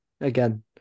again